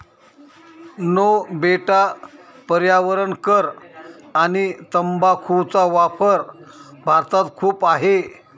no बेटा पर्यावरण कर आणि तंबाखूचा वापर भारतात खूप आहे